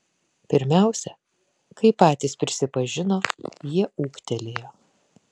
pirmiausia kaip patys prisipažino jie ūgtelėjo